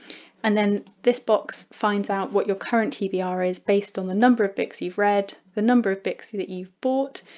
and then this box finds out what your current tbr is based on the number of books you've read, the number of books that you've bought,